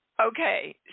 Okay